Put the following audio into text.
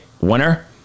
winner